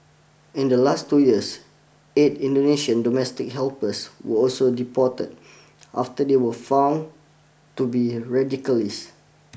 in the last two years eight Indonesian domestic helpers were also deported after they were found to be radicalists